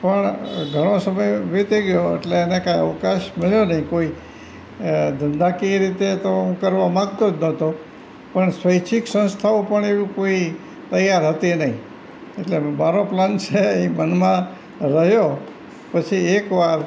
પણ ઘણો સમય વીતી ગયો અટલે એને કાંઇ અવકાશ મળ્યો નહીં કોઈ ધંધાકીય રીતે તો હું કરવા માંગતો જ નહોતો પણ સ્વૈચ્છિક સંસ્થાઓ પણ એવું કોઈ તૈયાર હતી નહીં એટલે મારો પ્લાન છે એ મનમાં રહ્યો પછી એકવાર